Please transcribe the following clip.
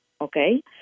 okay